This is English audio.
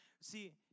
See